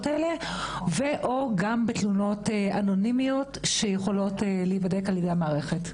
האלה ו או גם בתלונות אנונימיות שיכולות להיבדק על ידי המערכת.